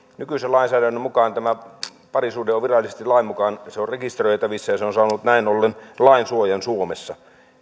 nykyisen lainsäädännön mukaan tämä parisuhde on virallisesti lainmukainen se on rekisteröitävissä ja se on saanut näin ollen lainsuojan suomessa